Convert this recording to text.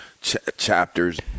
chapters